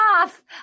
off